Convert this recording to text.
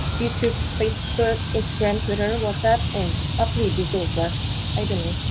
youtube, facebook, instagram, twitter, whatsapp, and oddly google plus, i don't